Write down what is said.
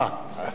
אה.